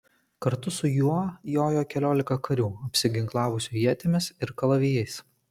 kartu su juo jojo keliolika karių apsiginklavusių ietimis ir kalavijais